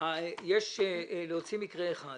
יש להוציא מקרה אחד